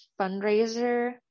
fundraiser